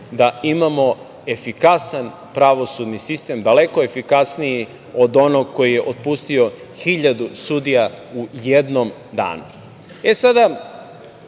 da imamo efikasan pravosudni sistem, daleko efikasniji od onog koji je otpustio hiljadu sudija u jednom danu. Tema